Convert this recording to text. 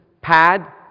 pad